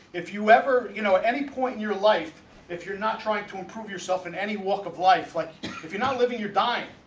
if you ever you know at any point in your life if you're not trying to improve yourself in any walk of life like if you're not living. you're dying.